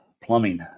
plumbing